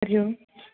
Hari Om